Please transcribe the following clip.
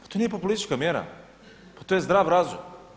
To nije populistička mjera pa to je zdrav razum.